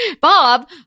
Bob